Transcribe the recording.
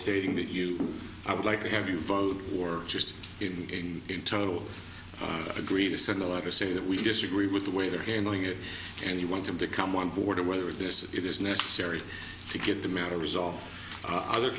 stating that you i would like to have you vote or just in in total agreement send a letter saying that we disagree with the way they're handling it and you want them to come on board or whether this is necessary to get the matter resolved other